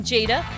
Jada